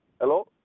Hello